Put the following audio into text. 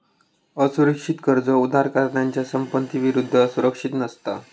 असुरक्षित कर्ज उधारकर्त्याच्या संपत्ती विरुद्ध सुरक्षित नसता